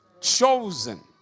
Chosen